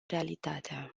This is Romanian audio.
realitatea